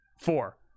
four